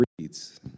reads